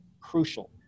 crucial